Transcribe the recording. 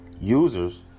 Users